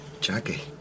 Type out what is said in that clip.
Jackie